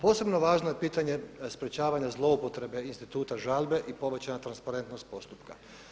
Posebno je važno pitanje sprječavanja zloupotrebe instituta žalbe i povećana transparentnost postupka.